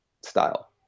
style